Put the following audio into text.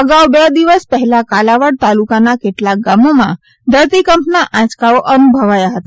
અગાઉ બે દિવસ પહેલા કાલાવાડ તાલુકાના કેટલાક ગામોમાં ધરતીકંપના આંચકાઓ અનુભવાયા હતા